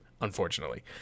Unfortunately